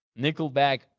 Nickelback